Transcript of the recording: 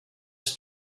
just